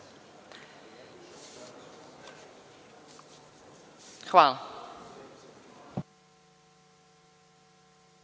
Hvala.